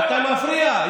אתה מפריע.